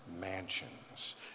mansions